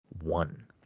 one